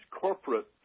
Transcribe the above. corporate